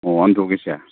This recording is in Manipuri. ꯑꯣ ꯑꯟꯗ꯭ꯔꯣꯒꯤꯁꯦ